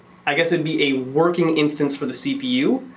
i guess it'd be a working instance for the cpu.